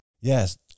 Yes